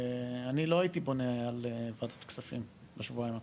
אני לא הייתי בונה על וועדת כספים בשבועיים הקרובים.